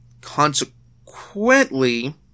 Consequently